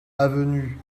avenue